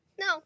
No